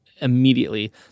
immediately